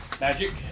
Magic